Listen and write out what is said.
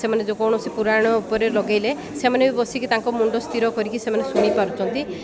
ସେମାନେ ଯେକୌଣସି ପୁରାଣ ଉପରେ ଲଗେଇଲେ ସେମାନେ ବି ବସିକି ତାଙ୍କ ମୁଣ୍ଡ ସ୍ଥିର କରିକି ସେମାନେ ଶୁଣି ପାରୁଛନ୍ତି